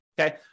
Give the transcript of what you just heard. okay